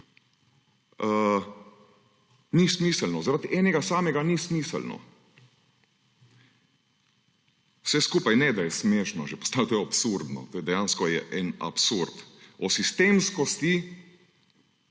ni smiselno. Zaradi enega samega ni smiselno. Vse skupaj, ne da je smešno že postalo, to je absurdno, to dejansko je en absurd. O sistemskosti,